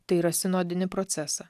tai yra sinodinį procesą